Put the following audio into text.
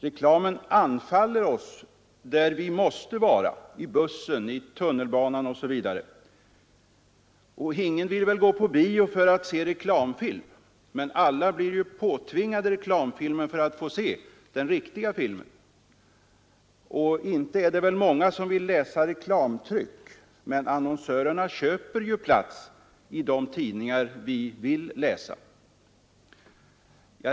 Reklamen anfaller oss där vi måste vara: i bussen, i tunnelbanan osv. Ingen vill gå på bio för att se reklamfilm, men alla blir påtvingade reklamfilm för att få se den riktiga filmen, Inte är det många som vill läsa reklamtryck, men annonsörerna köper ju plats i de tidningar vi vill läsa.